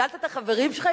שאלת את החברים שלך,